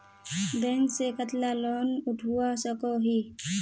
Bank से कतला loan उठवा सकोही?